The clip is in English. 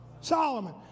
Solomon